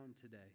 today